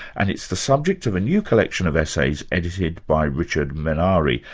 and it's the subject of a new collection of essays edited by richard menari,